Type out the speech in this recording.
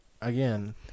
again